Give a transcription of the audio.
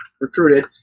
recruited